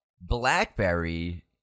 Blackberry